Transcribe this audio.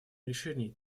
решений